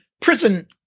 Prison